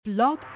Blog